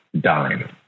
dime